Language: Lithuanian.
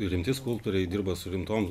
rimti skulptoriai dirba su rimtom